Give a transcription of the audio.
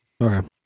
Okay